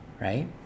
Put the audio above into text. right